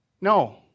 No